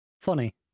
funny